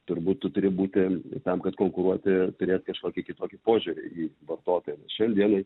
turbūt tu turi būti tam kad konkuruoti ir turėt kažkokį kitokį požiūrį į vartotoją šiandienai